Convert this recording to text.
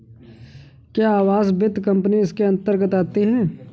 क्या आवास वित्त कंपनी इसके अन्तर्गत आती है?